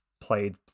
played